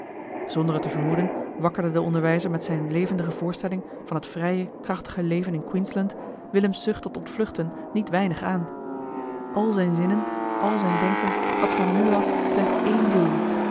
zonder het te vermoeden wakkerde de onderwijzer met zijne levendige voorstelling van het vrije krachtige leven in queensland willems zucht tot ontvluchten niet weinig aan al zijn zinnen al zijn denken had van nu af slechts één doel